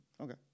Okay